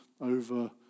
over